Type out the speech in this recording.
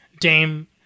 Dame